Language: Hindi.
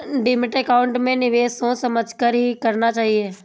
डीमैट अकाउंट में निवेश सोच समझ कर ही करना चाहिए